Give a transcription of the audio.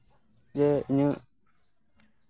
ᱡᱮ ᱤᱧᱟᱹᱜ